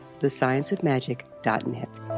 thescienceofmagic.net